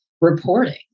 reporting